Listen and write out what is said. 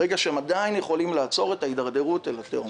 ברגע שהם עדיין יכולים לעצור את ההידרדרות לתהום.